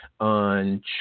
on